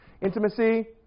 Intimacy